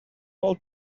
all